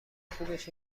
خوبش